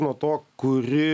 nuo to kuri